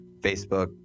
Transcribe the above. facebook